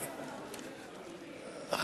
תודה,